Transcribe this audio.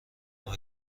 آیا